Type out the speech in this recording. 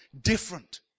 different